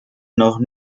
noch